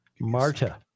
Marta